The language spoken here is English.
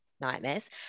nightmares